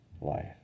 life